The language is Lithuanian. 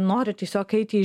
nori tiesiog eiti į